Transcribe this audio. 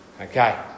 Okay